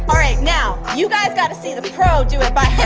um right, now. you guys got to see the pro do it by